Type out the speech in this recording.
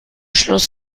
schluss